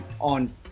on